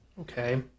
Okay